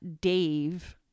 Dave